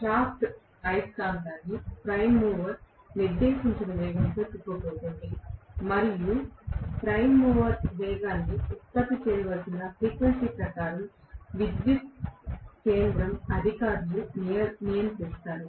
shaft అయస్కాంతాన్ని prime mover నిర్దేశించిన వేగంతో తిప్పబోతోంది మరియు ప్రైమ్ మూవర్ వేగాన్ని ఉత్పత్తి చేయవలసిన ఫ్రీక్వెన్సీ ప్రకారం విద్యుత్ కేంద్రం అధికారులు నియంత్రిస్తారు